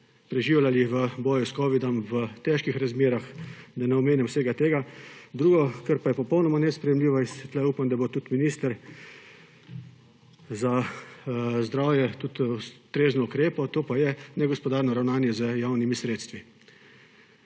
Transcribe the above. preživljali v boju s covidom v težkih razmerah, da ne omenjam vsega tega. Drugo, kar pa je popolnoma nesprejemljivo – tu upam, da bo tudi minister za zdravje tudi ustrezno ukrepal –, to pa je, negospodarno ravnanje z javnimi sredstvi.